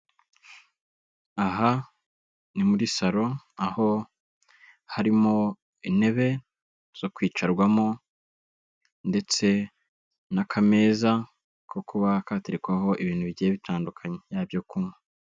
Aha ni muri salo, aho harimo intebe zo kwicarwamo ndetse n'akameza ko kuba katerekwaho ibintu bigiye bitandukanye, yaba ibyo kunywa.